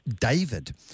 David